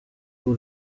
ubu